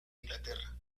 inglaterra